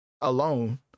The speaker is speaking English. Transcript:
alone